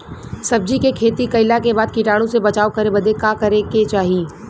सब्जी के खेती कइला के बाद कीटाणु से बचाव करे बदे का करे के चाही?